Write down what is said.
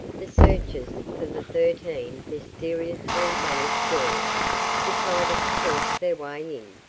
the searchers for the thirteen mysteriously vanished girls decided to force their way in.